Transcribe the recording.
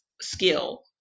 skill